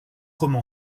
roman